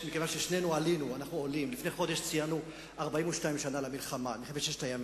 מכיוון ששנינו עלינו ציינו 42 שנה למלחמת ששת הימים.